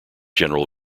general